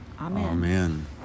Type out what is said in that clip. Amen